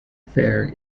fair